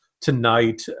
tonight